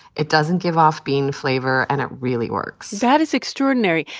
it doesn't give off bean flavor, and it really works that is extraordinary.